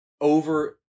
over